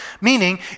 Meaning